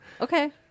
Okay